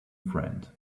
friend